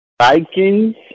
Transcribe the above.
Vikings